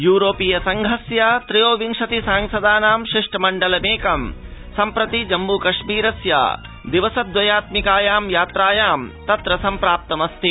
यूरोपीय संघस्य त्रयोविंशति सांसदानां शिष्टमण्डलमेकं सम्प्रति जम्मुकश्मीरस्य दिवस द्वयात्मिकायां यात्रायां तत्र सम्प्राप्तमस्ति